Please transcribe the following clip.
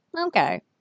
Okay